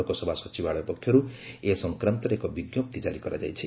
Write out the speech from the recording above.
ଲୋକସଭା ସଚିବାଳୟ ପକ୍ଷରୁ ଏ ସଂକ୍ରାନ୍ତରେ ଏକ ବିଜ୍ଞପ୍ତି କାରି କରାଯାଇଛି